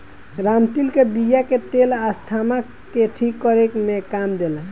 रामतिल के बिया के तेल अस्थमा के ठीक करे में काम देला